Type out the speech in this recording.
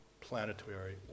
planetary